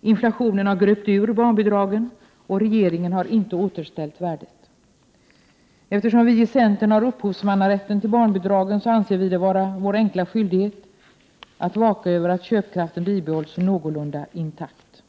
Inflationen har gröpt ur barnbidraget, och regeringen har inte återställt värdet. Eftersom vi i centern har upphovsmannarätten till barnbidraget, anser vi det vara vår enkla skyldighet att vaka över att köpkraften bibehålls någorlunda intakt.